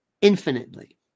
infinitely